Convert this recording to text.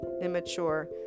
immature